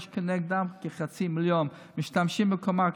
יש כנגדם כחצי מיליון משתמשים בקומה הכשרה,